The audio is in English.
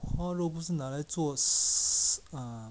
五花肉不是拿来做 s~ ah